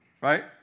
right